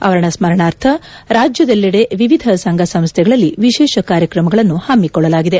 ಅವರ ಸ್ನರಣಾರ್ಥ ರಾಜ್ಯದಲ್ಲೆಡೆ ವಿವಿಧ ಸಂಘ ಸಂಸ್ಥೆಗಳಲ್ಲಿ ವಿಶೇಷ ಕಾರ್ಯಕ್ರಮಗಳನ್ನು ಪಮ್ನಿಕೊಳ್ಳಲಾಗಿದೆ